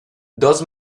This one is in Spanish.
dos